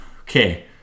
Okay